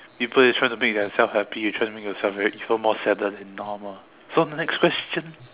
people is trying to make themselves happy you trying to make yourself very even more sadder than normal so the next question